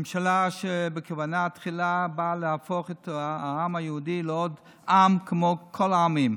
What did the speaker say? ממשלה שבכוונה תחילה באה להפוך את העם היהודי לעוד עם כמו כל העמים,